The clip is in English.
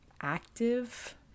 active